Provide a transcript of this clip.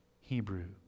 Hebrew